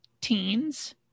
teens